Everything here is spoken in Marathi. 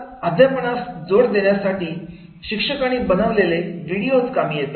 अध्यापनास जोड देण्यासाठी शिक्षकांनी बनवलेले व्हिडिओज कामी येतात